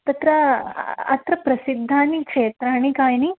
तत्र अत्र प्रसिद्धानि क्षेत्राणि कानि